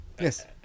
Yes